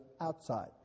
outside